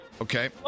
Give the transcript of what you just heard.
Okay